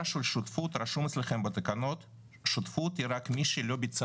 של שותפות רשום אצלכם בתקנות שותפות היא רק מי שלא ביצע